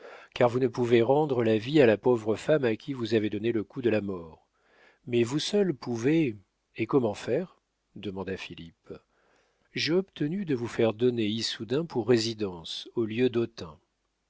car vous ne pouvez rendre la vie à la pauvre femme à qui vous avez donné le coup de la mort mais vous seul pouvez et comment faire demanda philippe j'ai obtenu de vous faire donner issoudun pour résidence au lieu d'autun